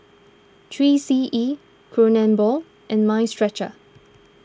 three C E Kronenbourg and Mind Stretcher